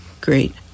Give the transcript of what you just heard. great